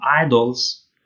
idols